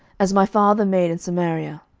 as my father made in samaria.